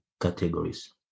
categories